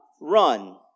run